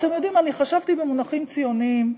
אתם יודעים, חשבתי, במונחים ציוניים,